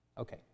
Okay